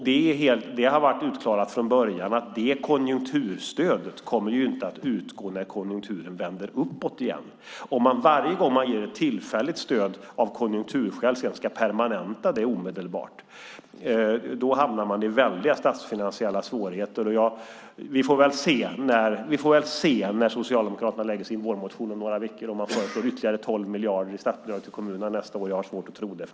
Det har varit klart från början att det konjunkturstödet inte kommer att utgå när konjunkturen vänder uppåt igen. Om man varje gång man ger ett tillfälligt stöd av konjunkturskäl sedan omedelbart ska permanenta det hamnar man i väldiga statsfinansiella svårigheter. Vi får väl se när Socialdemokraterna lägger sin vårmotion om några veckor om de föreslår ytterligare 12 miljarder i statsbidrag till kommunerna nästa år. Jag har svårt att tro det.